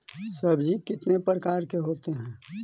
सब्जी कितने प्रकार के होते है?